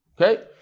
Okay